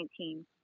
2019